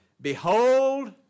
Behold